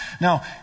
Now